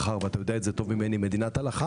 גם לא נהיה מחר ואתה יודע זאת טוב ממני מדינת הלכה,